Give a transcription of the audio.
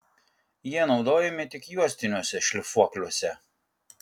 jie naudojami tik juostiniuose šlifuokliuose